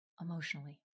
emotionally